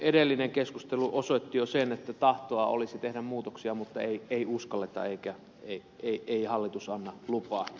edellinen keskustelu osoitti jo sen että tahtoa olisi tehdä muutoksia mutta ei uskalleta eikä hallitus anna lupaa